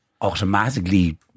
automatically